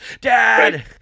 dad